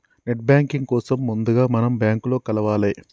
net banking కోసం ముందుగా మనం బ్యాంకులో కలవాలే